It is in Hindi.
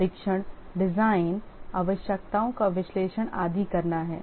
परीक्षण डिज़ाइन आवश्यकताओं का विश्लेषण आदि करना है